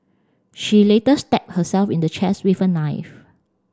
she later stabbed herself in the chest with a knife